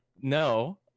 No